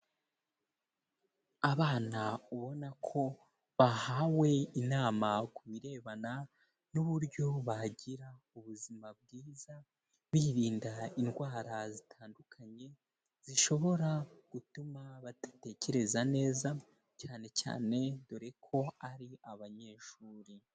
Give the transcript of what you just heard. Abana ubona ko bahawe inama ku birebana n'uburyo bagira ubuzima bwiza, birinda indwara zitandukanye, zishobora gutuma badatekereza neza cyane cyane dore ko ari abanyeshuri.